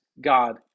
God